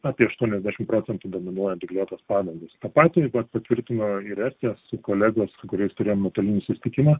apie aštuoniasdešim procentų dominuoja dygliuotos padangos ta patį va patvirtino ir estija su kolegos su kuriais turėjom nuotolinį susitikimą